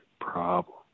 problem